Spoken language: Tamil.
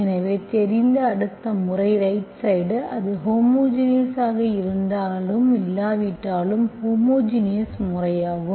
எனவே தெரிந்த அடுத்த முறை ரைட் சைடு அது ஹோமோஜினியஸ் இருந்தாலும் இல்லாவிட்டாலும் ஹோமோஜினியஸ் முறையாகும்